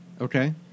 Okay